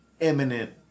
eminent